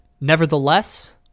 Nevertheless